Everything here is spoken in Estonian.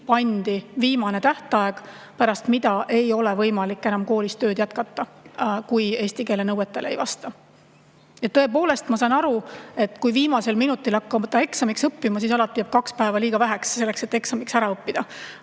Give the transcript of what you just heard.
pandi viimane tähtaeg, pärast mida ei ole võimalik enam koolis tööd jätkata, kui eesti keele [oskuse] nõuetele ei vasta. Tõepoolest, ma saan aru, et kui viimasel minutil hakata eksamiks õppima, siis alati jääb kaks päeva puudu, et eksamiks kõik ära õppida.